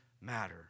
matter